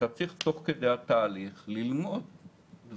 אתה צריך תוך כדי התהליך ללמוד דברים,